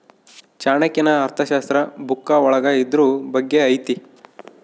ಚಾಣಕ್ಯನ ಅರ್ಥಶಾಸ್ತ್ರ ಬುಕ್ಕ ಒಳಗ ಇದ್ರೂ ಬಗ್ಗೆ ಐತಿ